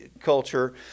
culture